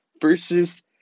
versus